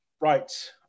Right